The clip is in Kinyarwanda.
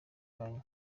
kanya